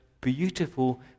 beautiful